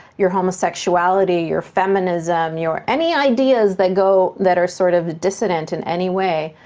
your homosexuality, your feminism, your any ideas that go, that are sort of dissonant in any way,